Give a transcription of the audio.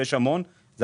ויש המון כאלה,